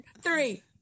Three